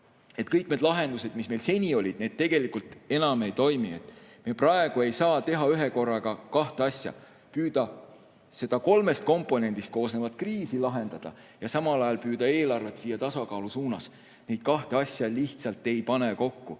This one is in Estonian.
kõik need lahendused, mis meil seni olid, tegelikult enam ei toimi. Me praegu ei saa teha ühekorraga kahte asja: püüda seda kolmest komponendist koosnevat kriisi lahendada ja samal ajal püüda eelarvet viia tasakaalu suunas. Neid kahte asja lihtsalt ei pane kokku.